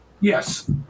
Yes